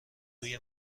روی